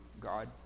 God